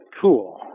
Cool